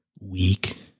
weak